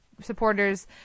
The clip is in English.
supporters